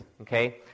okay